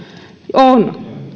on